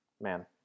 man